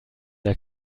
der